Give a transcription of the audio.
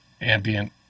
ambient